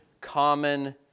common